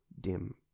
dim